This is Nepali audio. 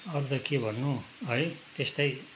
अरू त के भन्नु है त्यस्तै